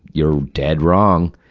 you're dead wrong!